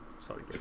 Sorry